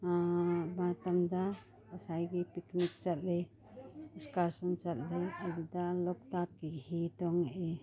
ꯃꯇꯝꯗ ꯉꯁꯥꯏꯒꯤ ꯄꯤꯛꯅꯤꯛ ꯆꯠꯂꯤ ꯏꯁꯀꯥꯁꯟ ꯆꯠꯂꯤ ꯑꯗꯨꯗ ꯂꯣꯛꯇꯥꯛꯀꯤ ꯍꯤ ꯇꯣꯡꯏ